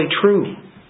true